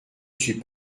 suis